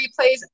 replays